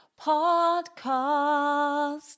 podcast